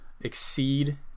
exceed